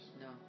No